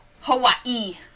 Hawaii